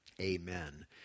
amen